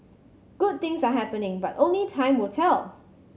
good things are happening but only time will tell